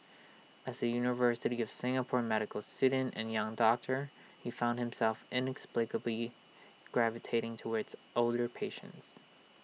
as A university of Singapore medical student and young doctor he found himself inexplicably gravitating towards older patients